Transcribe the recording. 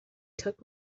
took